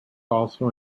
also